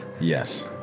Yes